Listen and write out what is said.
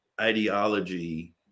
ideology